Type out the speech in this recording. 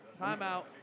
Timeout